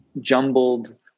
jumbled